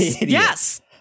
yes